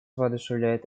воодушевляют